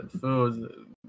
food